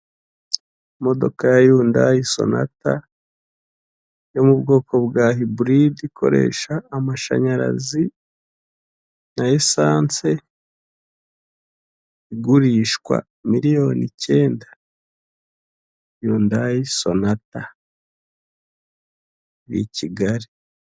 imodoka ya yundayi sonata yo mu bwoko bwa ayiburide ikoresha amashanyarazi na esanse igurishwa miliyoni icyenda yundayi sonata, iri i kigali.